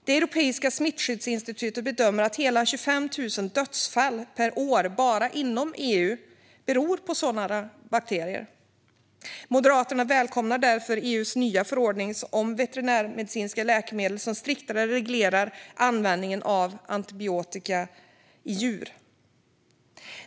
Det europeiska smittskyddsinstitutet bedömer att hela 25 000 dödsfall per år bara inom EU beror på sådana bakterier. Moderaterna välkomnar därför EU:s nya förordning om veterinärmedicinska läkemedel, som striktare reglerar användningen av antibiotika till djur.